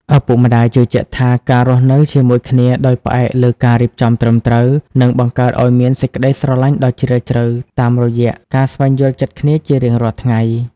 ឪពុកម្ដាយជឿជាក់ថា ការរស់នៅជាមួយគ្នាដោយផ្អែកលើការរៀបចំត្រឹមត្រូវ នឹងបង្កើតឱ្យមានសេចក្ដីស្រឡាញ់ដ៏ជ្រាលជ្រៅតាមរយៈការស្វែងយល់ចិត្តគ្នាជារៀងរាល់ថ្ងៃ។